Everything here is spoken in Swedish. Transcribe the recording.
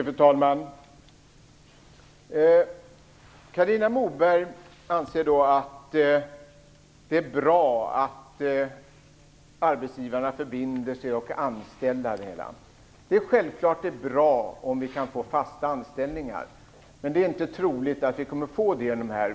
Fru talman! Carina Moberg anser att det är bra att arbetsgivarna förbinder sig att anställa. Det är självfallet bra om vi kan få till stånd fasta anställningar, men det är inte troligt att vi kommer att få sådana på denna väg.